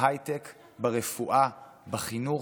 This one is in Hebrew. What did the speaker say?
בהייטק, ברפואה, בחינוך,